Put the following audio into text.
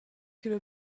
could